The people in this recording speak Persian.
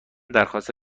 درخواست